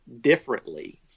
differently